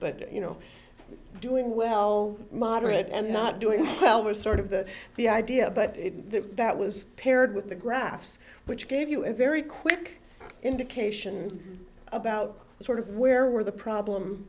but you know doing well moderate and not doing well was sort of the the idea but that was paired with the graphs which gave you a very quick indication about the sort of where where the problem